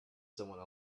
somebody